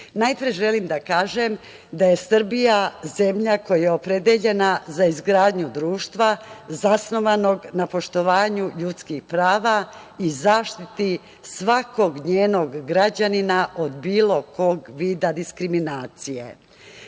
redu. Najpre želim da kažem da je Srbija zemlja koja je opredeljena za izgradnju društva zasnovanog na poštovanju ljudskih prava i zaštiti svakog njenog građanina od bilo kog vida diskriminacije. Ravnopravnost